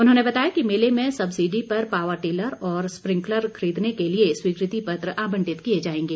उन्होंने बताया कि मेले में सब्सिडी पर पावर टिलर और स्प्रिंकलर खरीदने के लिए स्वीकृति पत्र आबंटित किए जाएंगे